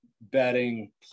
betting